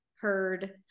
heard